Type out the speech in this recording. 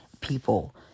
People